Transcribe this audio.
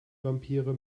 vampire